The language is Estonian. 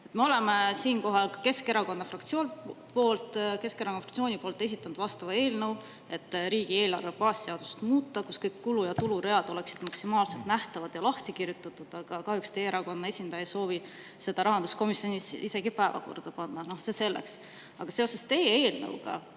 oleme siinkohal ka Keskerakonna fraktsiooni poolt esitanud vastava eelnõu, et riigieelarve baasseadust muuta, kus kõik kulu- ja tuluread oleksid maksimaalselt nähtavad ja lahti kirjutatud, aga kahjuks teie erakonna esindaja ei soovi seda rahanduskomisjonis isegi päevakorda panna. Noh, see selleks. Aga seoses teie eelnõuga